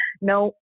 no